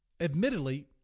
admittedly